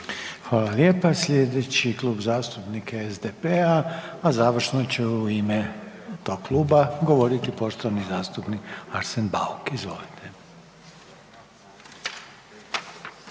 Hvala lijepa. Slijedeći Klub zastupnika je SDP-a a završno će u ime tog kluba govoriti poštovani zastupnik Arsen Bauk, izvolite.